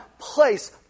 place